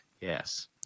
Yes